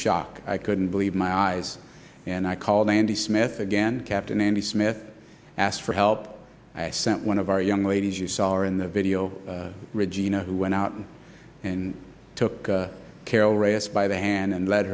shock i couldn't believe my eyes and i called andy smith again captain andy smith asked for help i sent one of our young ladies you saw her in the video regina who went out and took carol ross by the hand and le